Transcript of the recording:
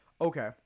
okay